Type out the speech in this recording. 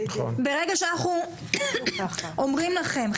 ברגע שאנחנו אומרים לכם,